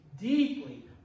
deeply